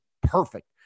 perfect